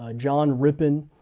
ah john rippon.